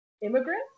immigrants